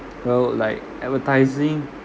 well like advertising